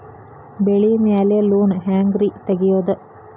ಬೆಳಿ ಮ್ಯಾಲೆ ಲೋನ್ ಹ್ಯಾಂಗ್ ರಿ ತೆಗಿಯೋದ?